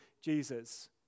Jesus